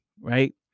right